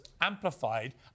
amplified